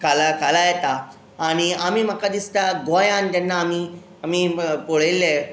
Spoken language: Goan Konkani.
खाला येता आनी आमी म्हाका दिसता गोंयांत जेन्ना आमी आमी पळयले